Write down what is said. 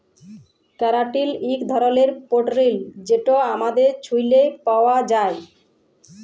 ক্যারাটিল ইক ধরলের পোটিল যেট আমাদের চুইলে পাউয়া যায়